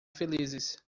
felizes